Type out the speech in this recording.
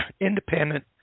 independent